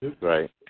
Right